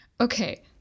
Okay